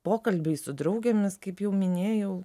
pokalbiai su draugėmis kaip jau minėjau